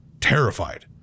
Terrified